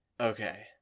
okay